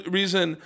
reason